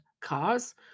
cars